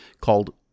called